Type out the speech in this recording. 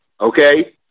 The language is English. okay